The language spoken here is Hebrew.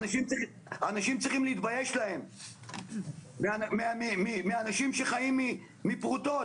אנשים צריכים להתבייש להם מאנשים שחיים מפרוטות.